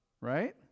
right